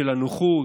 של הנוחות,